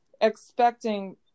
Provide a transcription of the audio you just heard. expecting